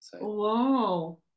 Wow